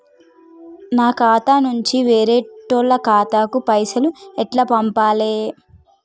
నా ఖాతా నుంచి వేరేటోళ్ల ఖాతాకు పైసలు ఎట్ల పంపాలే?